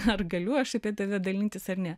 ar galiu aš apie tave dalintis ar ne